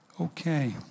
Okay